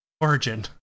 Origin